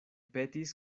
petis